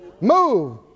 Move